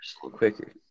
quicker